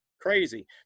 crazy